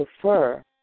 prefer